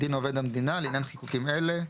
כדין עובד המדינה, לעניין חיקוקים אלה".